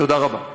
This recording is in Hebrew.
תודה רבה.